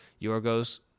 Yorgos